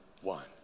one